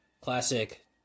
classic